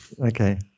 Okay